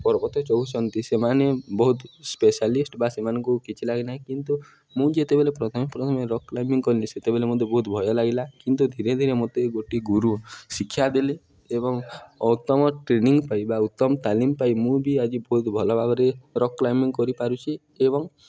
ପର୍ବତ ଚଢ଼ୁଛନ୍ତି ସେମାନେ ବହୁତ ସ୍ପେଶାଲିଷ୍ଟ ବା ସେମାନଙ୍କୁ କିଛି ଲାଗେ ନାହିଁ କିନ୍ତୁ ମୁଁ ଯେତେବେଳେ ପ୍ରଥମେ ପ୍ରଥମେ ରକ୍ କ୍ଲାଇମ୍ବିଙ୍ଗ କଲିି ସେତେବେଳେ ମୋତେ ବହୁତ ଭୟ ଲାଗିଲା କିନ୍ତୁ ଧୀରେ ଧୀରେ ମତେ ଏ ଗୋଟିଏ ଗୁରୁ ଶିକ୍ଷା ଦେଲେ ଏବଂ ଉତ୍ତମ ଟ୍ରେନିଙ୍ଗ ପାଇଁ ବା ଉତ୍ତମ ତାଲିମ ପାଇଁ ମୁଁ ବି ଆଜି ବହୁତ ଭଲ ଭାବରେ ରକ୍ କ୍ଲାଇମ୍ବିଙ୍ଗ କରିପାରୁଛି ଏବଂ